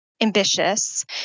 ambitious